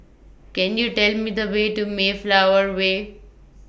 Can YOU Tell Me The Way to Mayflower Way